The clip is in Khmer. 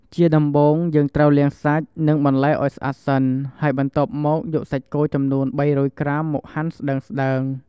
ជាដំបូង យើងត្រូវលាងសាច់ និងបន្លែឱ្យស្អាតសិន ហើយបន្ទាប់មក យកសាច់គោចំនួន ៣០០ ក្រាម មកហាន់ស្ដើងៗ។